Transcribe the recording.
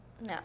No